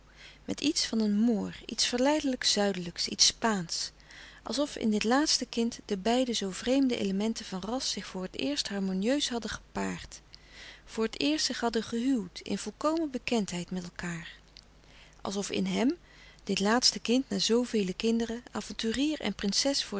met iets van een moor iets verleidelijk zuidelijks iets spaansch alsof in dit laatste kind de beide zoo vreemde elementen van ras zich voor het eerst harmonieus hadden gepaard voor het eerst zich hadden gehuwd in volkomen bekendheid met elkaâr alsof in hem dit laatste kind na zoovele kinderen avonturier en prinses